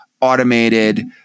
automated